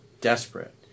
desperate